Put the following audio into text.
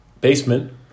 Basement